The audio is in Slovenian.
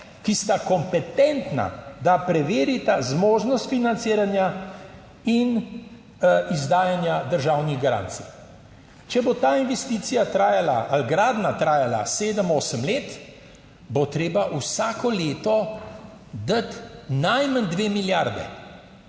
ki sta kompetentna, da preverita zmožnost financiranja in izdajanja državnih garancij. Če bo ta investicija trajala ali gradnja trajala sedem, osem let, bo treba vsako leto dati najmanj dve milijardi.